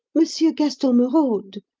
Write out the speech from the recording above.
monsieur gaston merode.